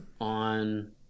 on